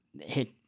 hit